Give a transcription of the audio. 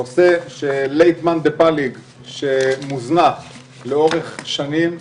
נושא שלית מאן דפליג מוזנח לאורך שנים,